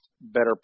better